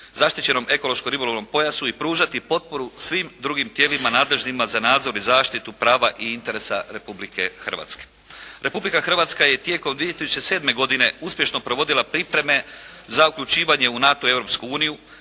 Zaštićenom ekološkom ribolovnom pojasu i pružati potporu svih drugim tijelima nadležnima za nadzor i zaštitu prava i interesa Republike Hrvatske. Republika Hrvatska je tijekom 2007. godine uspješno provodila primjene za uključivanje u NATO,